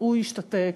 הוא השתתק,